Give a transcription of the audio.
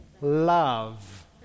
love